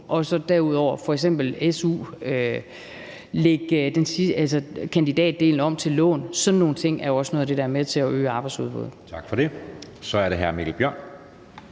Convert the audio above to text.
og så derudover f.eks. su, altså lægge kandidatdelen om til lån. Sådan nogle ting er også noget af det, der er med til at øge arbejdsudbuddet. Kl. 14:20 Anden